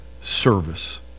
service